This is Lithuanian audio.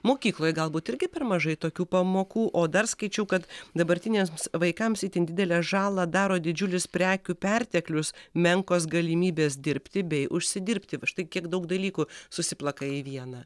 mokykloj galbūt irgi per mažai tokių pamokų o dar skaičiau kad dabartiniams vaikams itin didelę žalą daro didžiulis prekių perteklius menkos galimybės dirbti bei užsidirbti va štai kiek daug dalykų susiplaka į vieną